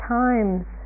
times